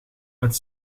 met